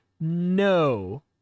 No